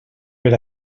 per